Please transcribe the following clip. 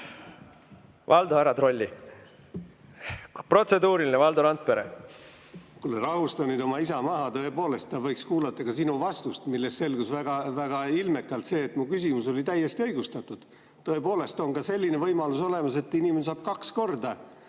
Valdo, ära trolli! Protseduuriline, Valdo Randpere. Kuule, rahusta nüüd oma isa maha! Tõesti, ta võiks kuulata ka sinu vastust, millest selgus väga ilmekalt see, et mu küsimus oli täiesti õigustatud. Tõepoolest on ka selline võimalus olemas, et inimene saab kaks korda